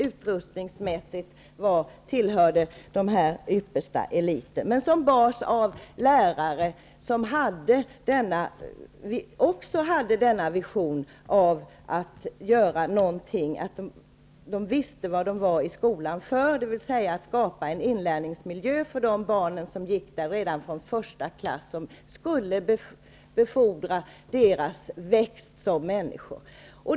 Utrustningsmässigt tillhörde den kanske inte den yppersta eliten. Men den bars upp av lärare som hade en vision. De visste varför de var i skolan -- för att skapa en inlärningsmiljö för de barn som gick där, redan från första klass, en miljö som skulle befordra barnens utveckling som människor.